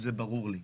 זה ברור לי.